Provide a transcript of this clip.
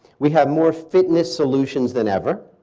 we have more fitness solutions than ever.